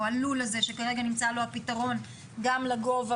או הלול הזה שכרגע נמצא לו הפתרון גם לגובה